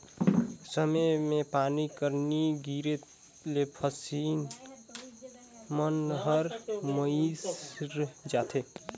समे मे पानी कर नी गिरे ले फसिल मन हर मइर जाथे